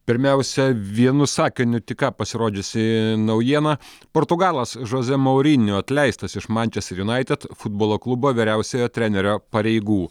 pirmiausia vienu sakiniu tik ką pasirodžiusi naujiena portugalas žozė maurinjo atleistas iš mančester junaitid futbolo klubo vyriausiojo trenerio pareigų